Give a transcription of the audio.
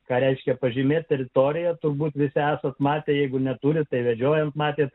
ką reiškia pažymėti teritoriją turbūt esat matę jeigu neturi tai vedžiojant matėte